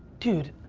dude,